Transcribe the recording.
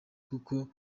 kuko